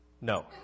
No